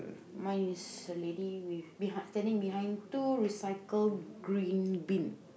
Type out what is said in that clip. mine is a lady with behind standing behind two recycle green bin